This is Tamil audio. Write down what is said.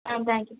ah thank you